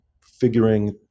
figuring